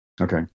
okay